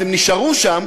אז הם נשארו שם